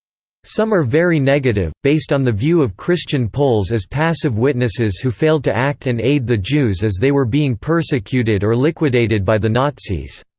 some are very negative, based on the view of christian poles as passive witnesses who failed to act and aid the jews as they were being persecuted or liquidated by the nazis.